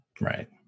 right